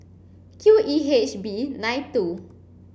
Q E H B nine two